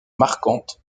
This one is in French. marquantes